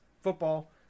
football